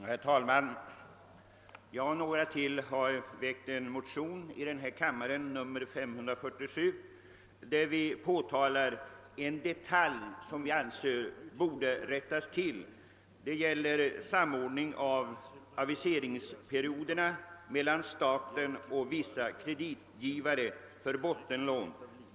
Herr talman! Jag har tillsammans med några andra ledamöter väckt motionsparet 1: 678 och II: 547, där vi påtalar en detalj i de statliga lånebestämmelserna som vi anser borde rättas till, nämligen den bristande samordningen av aviseringsperioderna mellan staten och vissa kreditgivare för bottenlån.